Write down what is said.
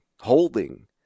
holding